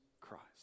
Christ